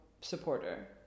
supporter